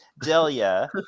delia